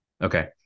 Okay